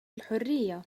الحرية